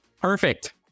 Perfect